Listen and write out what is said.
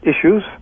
issues